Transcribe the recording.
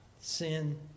sin